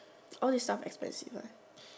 all these stuff expensive right